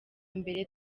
mbere